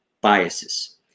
biases